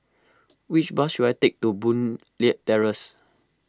which bus should I take to Boon Leat Terrace